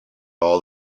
all